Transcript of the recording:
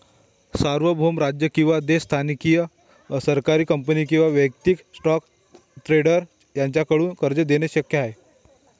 सार्वभौम राज्य किंवा देश स्थानिक सरकारी कंपनी किंवा वैयक्तिक स्टॉक ट्रेडर यांच्याकडून कर्ज देणे शक्य आहे